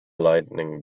lighting